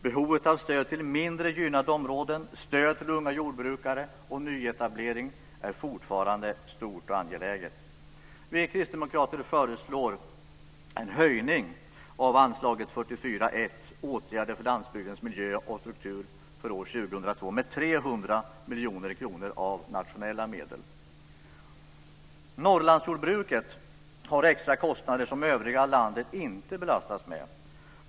Behovet av stöd till mindre gynnade områden, stöd till unga jordbrukare och till nyetablering är fortfarande stort och angeläget. Vi kristdemokrater föreslår en höjning av anslaget 44:1, åtgärder för landsbygdens miljö och struktur för år 2002, med 300 Norrlandsjordbruket har extra kostnader som övriga landet inte belastas med.